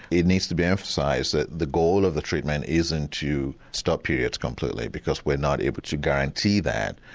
it needs to be emphasised that the goal of the treatment isn't to stop periods completely because we are not able to guarantee that.